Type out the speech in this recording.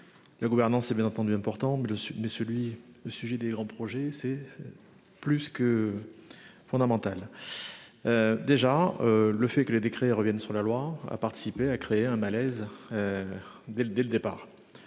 La gouvernance et bien entendu important mais le mais celui le sujet des grands projets c'est. Plus que. Fondamental. Déjà le fait que les décrets revienne sur la loi a participé à créer un malaise. Dès le, dès